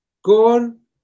Con